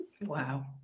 Wow